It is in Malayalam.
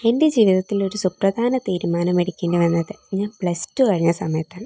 എൻ്റെ ജീവിതത്തിൽ ഒരു സുപ്രധാന തീരുമാനം എടുക്കേണ്ടി വന്നത് ഞാൻ പ്ലസ് ടു കഴിഞ്ഞ സമയത്താണ്